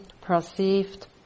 perceived